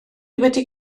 wedi